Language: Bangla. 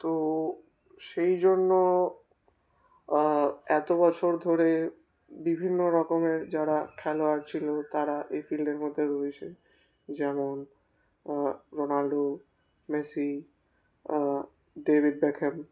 তো সেই জন্য এত বছর ধরে বিভিন্ন রকমের যারা খেলোয়াড় ছিল তারা এই ফিল্ডের মধ্যে রয়েছে যেমন রোনাল্ডো মেসি ডেভিড বেকহ্যাম